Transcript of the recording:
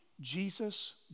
Jesus